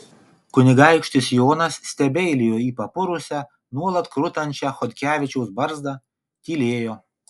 kunigaikštis jonas stebeilijo į papurusią nuolat krutančią chodkevičiaus barzdą tylėjo